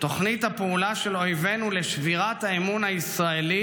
תוכנית הפעולה של אויבינו לשבירת האמון הישראלי